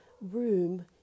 room